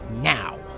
now